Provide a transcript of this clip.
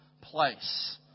place